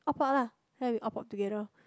opt out lah then we opt out together